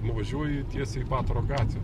nuvažiuoji tiesiai į batoro gatvę